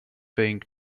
being